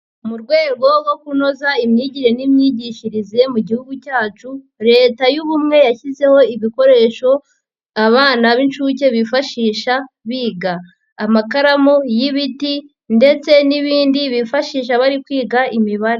Mu rwego rwo kunoza imyigire n'imyigishirize mu Gihugu cyacu, Leta y'ubumwe yashyizeho ibikoresho abana b'inshuke bifashisha biga, amakaramu y'ibiti ndetse n'ibindi bifashisha bari kwiga imibare.